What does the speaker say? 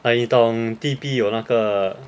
like 你懂 T_P 有那个